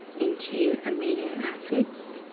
into amino acids.